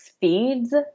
feeds